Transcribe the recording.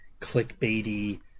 clickbaity